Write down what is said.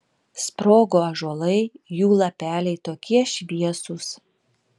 sprogo ąžuolai jų lapeliai tokie šviesūs